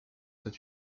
cet